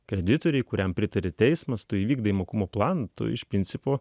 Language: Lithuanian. kreditoriai kuriam pritarė teismas tu įvykdai mokumo planą iš principo